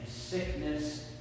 sickness